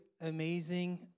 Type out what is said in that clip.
amazing